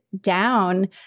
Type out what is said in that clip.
down